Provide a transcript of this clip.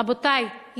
רבותי,